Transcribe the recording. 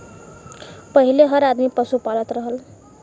पहिले हर आदमी पसु पालत रहल